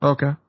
Okay